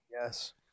Yes